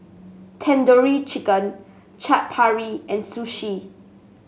Tandoori Chicken Chaat Papri and Sushi